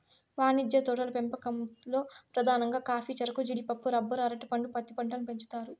వాణిజ్య తోటల పెంపకంలో పధానంగా కాఫీ, చెరకు, జీడిపప్పు, రబ్బరు, అరటి పండు, పత్తి పంటలను పెంచుతారు